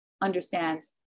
understands